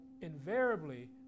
invariably